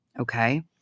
okay